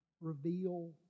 reveal